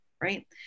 Right